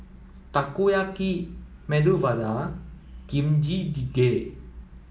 Takoyaki Medu Vada Kimchi jjigae